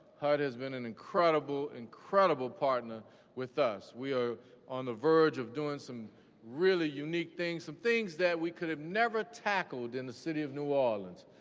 hud has been an incredible, incredible partner with us. we are on the verge of doing some really unique things, some things that we could have never tackled in the city of new orleans,